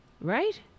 Right